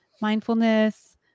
mindfulness